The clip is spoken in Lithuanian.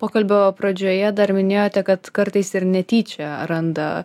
pokalbio pradžioje dar minėjote kad kartais ir netyčia randa